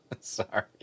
Sorry